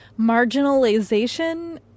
marginalization